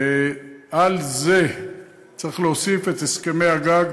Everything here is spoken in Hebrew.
על זה צריך להוסיף את הסכמי הגג,